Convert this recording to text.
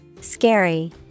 Scary